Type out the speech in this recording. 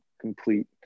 complete